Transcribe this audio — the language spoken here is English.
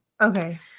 Okay